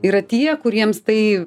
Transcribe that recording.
yra tie kuriems tai